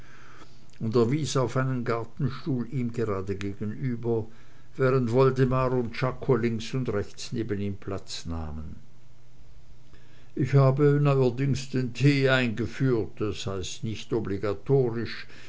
und er wies auf einen gartenstuhl ihm gerade gegenüber während woldemar und czako links und rechts neben ihm platz nahmen ich habe neuerdings den tee eingeführt das heißt nicht obligatorisch